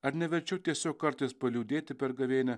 ar ne verčiau tiesiog kartais paliūdėti per gavėnią